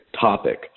topic